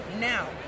now